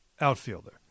outfielder